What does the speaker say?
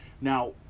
Now